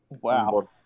Wow